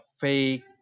fake